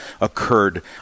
occurred